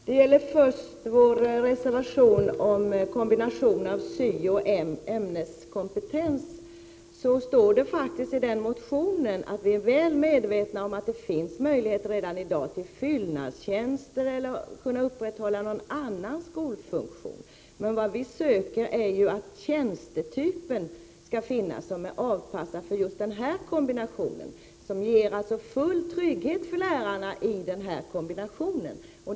Herr talman! Först några ord om vår reservation om kombination av syooch ämneskompetens. Det står faktiskt i vår motion att vi är väl medvetna om att det finns möjligheter redan i dag att få fyllnadstjänster eller att upprätthålla någon annan skolfunktion. Vad vi söker är emellertid en tjänstetyp som skall vara avpassad för just den här ämneskombinationen som alltså ger lärarna med denna kombination full trygghet.